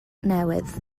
newydd